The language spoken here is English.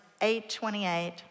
8.28